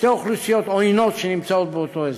עוינות שנמצאות באותו אזור.